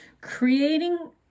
Creating